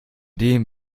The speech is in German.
dem